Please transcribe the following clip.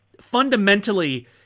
fundamentally